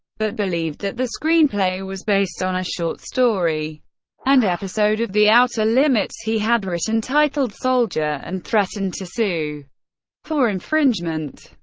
but believed that the screenplay was based on a short story and episode of the outer limits he had written, titled soldier, and threatened to sue for infringement.